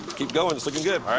keep going. it's looking good.